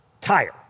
Tire